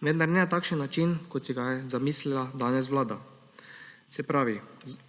ne na takšen način, kot si ga je zamislila danes Vlada, se pravi